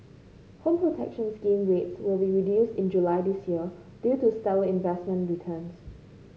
Home Protection Scheme rates will be reduced in July this year due to stellar investment returns